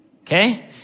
Okay